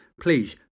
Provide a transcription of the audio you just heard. Please